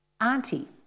auntie